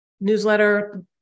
Newsletter